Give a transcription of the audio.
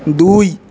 দুই